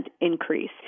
increase